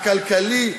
הכלכלי,